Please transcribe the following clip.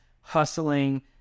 hustling